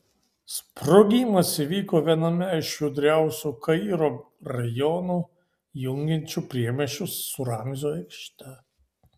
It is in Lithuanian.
sprogimas įvyko viename iš judriausių kairo rajonų jungiančių priemiesčius su ramzio aikšte